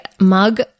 mug